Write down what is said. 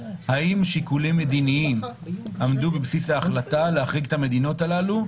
האם שיקולים מדיניים עמדו בבסיס ההחלטה להחריג את המדינות הללו,